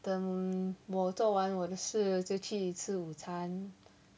等我做完我的事了就去吃午餐